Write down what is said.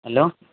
hello